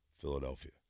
Philadelphia